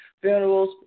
funerals